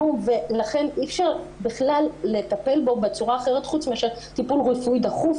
ולכן אי-אפשר בכלל לטפל בו בצורה אחרת חוץ מאשר טיפול רפואי דחוף,